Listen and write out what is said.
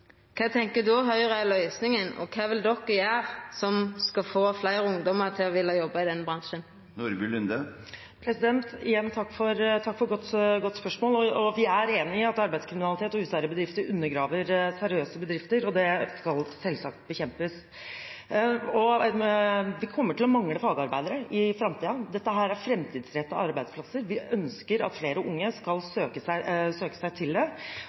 er løysinga, og kva vil dei gjera for å få fleire ungdomar til å villa jobba i denne bransjen? Igjen takk for et godt spørsmål. Vi er enig i at arbeidskriminalitet og useriøse bedrifter undergraver seriøse bedrifter, og det skal selvsagt bekjempes. Vi kommer til å mangle fagarbeidere i framtiden. Dette er framtidsrettede arbeidsplasser. Vi ønsker at flere unge skal søke seg hit. Det viser at vi må bekjempe arbeidslivskriminaliteten, så jeg er helt enig med representanten i det.